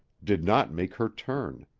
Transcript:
did not make her turn.